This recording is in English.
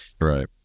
Right